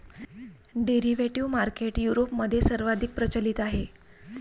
derivative market युरोपमध्ये सर्वाधिक प्रचलित आहे